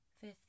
Fifth